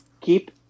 Keep